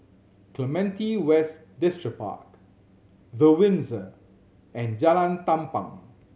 Clementi West Distripark The Windsor and Jalan Tampang